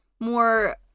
more